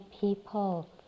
people